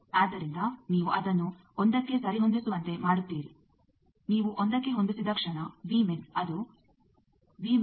ಆದ್ದರಿಂದ ನೀವು ಅದನ್ನು ಒಂದಕ್ಕೆ ಸರಿಹೊಂದಿಸುವಂತೆ ಮಾಡುತ್ತೀರಿ ನೀವು ಒಂದಕ್ಕೆ ಹೊಂದಿಸಿದ ಕ್ಷಣ ಅದು ಆಗುತ್ತದೆ